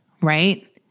Right